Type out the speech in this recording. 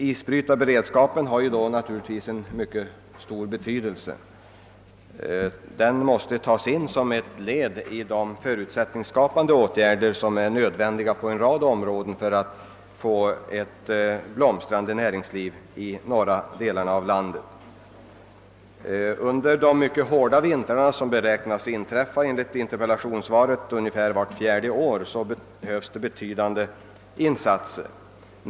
Isbrytarberedskapen är därför av mycket stor betydelse och måste sägas vara ett led i de nödvändiga, förutsättningsskapande åtgärderna för att åstadkomma ett blomstrande näringsliv i landets norra delar. Under de mycket hårda vintrarna, som enligt interpellationssvaret beräknas inträffa ungefär vart fjärde år, måste särskilt betydande insatser i fråga om isbrytning göras.